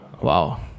Wow